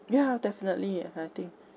ya definitely I think